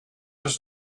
was